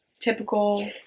typical